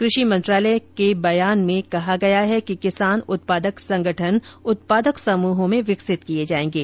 कृषि मंत्रालय के बयान में कहा गया है कि किसान उत्पादक संगठन उत्पादक समूहों में विकसित किये जायेंगे